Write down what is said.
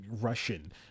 Russian